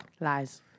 Lies